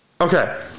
Okay